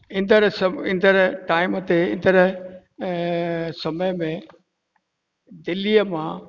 ईंदड़ु सभु ईंदड़ु टाइम ते ईंदड़ु समय में दिल्लीअ मां